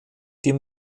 dem